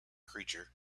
creature